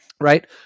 right